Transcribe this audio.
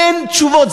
אין תשובות.